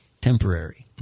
temporary